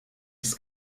des